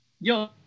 yo